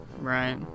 Right